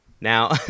Now